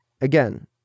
again